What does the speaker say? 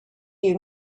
you